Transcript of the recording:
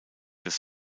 das